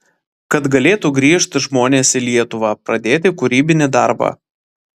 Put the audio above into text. kad galėtų grįžt žmonės į lietuvą pradėti kūrybinį darbą